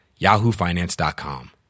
yahoofinance.com